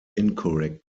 incorrect